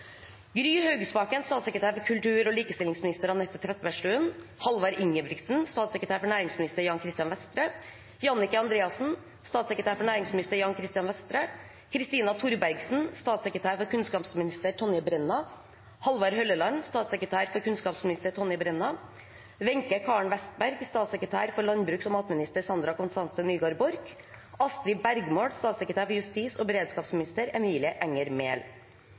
Gry Haugsbakken, statssekretær for kultur- og likestillingsminister Anette Trettebergstuen Halvard Ingebrigtsen, statssekretær for næringsminister Jan Christian Vestre Janicke Andreassen, statssekretær for næringsminister Jan Christian Vestre Kristina Torbergsen, statssekretær for kunnskapsminister Tonje Brenna Halvard Hølleland, statssekretær for kunnskapsminister Tonje Brenna Wenche Karen Westberg, statssekretær for landbruks- og matminister Sandra Konstance Nygård Borch Astrid Bergmål, statssekretær for justis- og beredskapsminister Emilie Enger Mehl